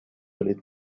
olid